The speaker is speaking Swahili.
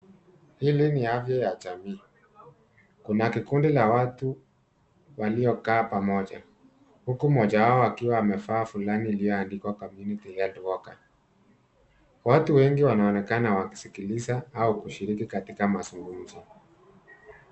Hili ni afya ya jamii. Kuna kikundi la watu walio kaa pamoja, huku mmoja wao akiwa amevaa fulana ilioandikwa Community Health Worker . Watu wengi wanaonekana wakisikiliza au kushiriki katika mazungumzo.